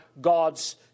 God's